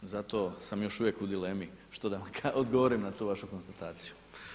Zato sam još uvijek u dilemi što da vam odgovorim na tu vašu konstataciju.